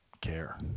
care